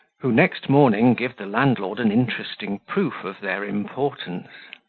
who, next morning, give the landlord an interesting proof of their importance.